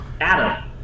Adam